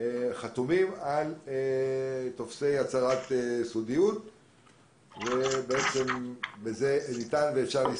חתומים על טופסי הצהרת סודיות ובזה ניתן ואפשר להסתפק.